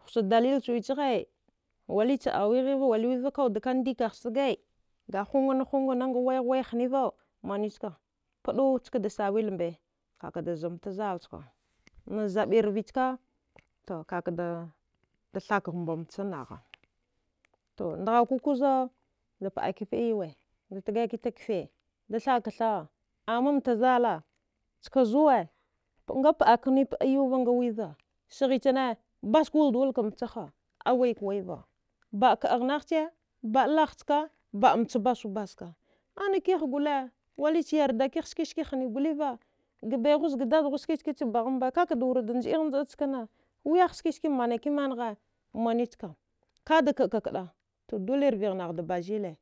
hucha dalil chuwichaghai walicha awi ghigh ghighva wali wiva kawuddaka ndikaghsage gahugana hungane ngawayigh wai hnivau maniwska pəu skada sawil mba kakda zamta zal chka nazabi rvichka dakada dathakghambamcha nagha to nghaku kuza da pəaki pəa yauwe da tgakitag kfe da thadka thaəa amma mtazala ska zuwa nga pəakipəa yauva ngawiva sghichane baskuwaldawalka mchaha awika waiva ba. a kəagh naghche ba. a lahchka ba. a mcha basubaska anakiha gole walicha yardakigh skiski hni goliva gabaighu zga dadghuwa skiskecha baghammba kakada wura njəigh njəa chkana wiyah skiski manakimangha maniwska kada kaəka kəa to doli rvighnaghda bazile.